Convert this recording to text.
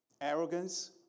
arrogance